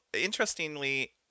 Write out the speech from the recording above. interestingly